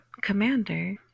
commander